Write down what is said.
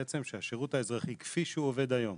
שהשירות האזרחי כפי שהוא עובד היום,